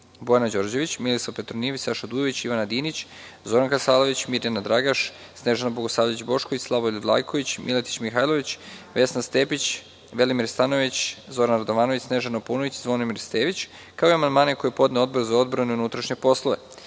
Bojana Đorđević, Milisav Petronijević, Saša Dujović, Ivana Dinić, Zoran Kasalović, Mirjana Dragaš, Snežana Bogosavljević Bošković, Slavoljub Vlajković, Miletić Mihajlović, Vesna Stepić, Velimir Stanojević, Zoran Radovanović, Snežana Paunović i Zvonimir Stević, kao i amandmane koje je podneo Odbor za odbranu i unutrašnje poslove. Primili